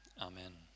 Amen